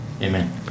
Amen